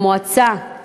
למועצה